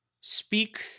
speak